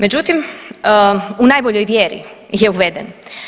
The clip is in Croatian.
Međutim u najboljoj vjeri je uveden.